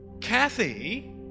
Kathy